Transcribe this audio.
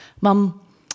mum